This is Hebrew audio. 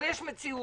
אבל יש מציאות,